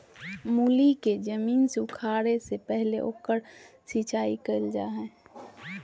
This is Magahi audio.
मूली के जमीन से उखाड़े से पहले ओकर सिंचाई कईल जा हइ